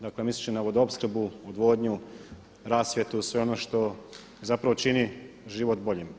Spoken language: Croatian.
Dakle, misleći na vodoopskrbu, odvodnju, rasvjetu, sve ono što zapravo čini život boljim.